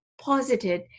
posited